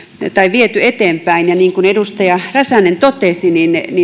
viety eteenpäin ja niin kuin edustaja räsänen totesi